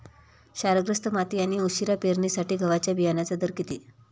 क्षारग्रस्त माती आणि उशिरा पेरणीसाठी गव्हाच्या बियाण्यांचा दर किती?